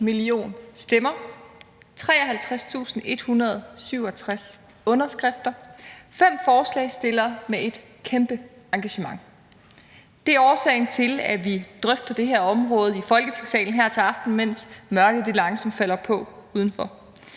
#enmillionstemmer, 53.167 underskrifter, 5 forslagsstillere med et kæmpe engagement: Det er årsagen til, at vi i Folketingssalen drøfter det her område her til aften, mens mørket langsomt falder